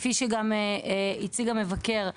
כפי שגם הציג המבקר,